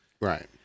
Right